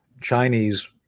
Chinese